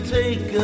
take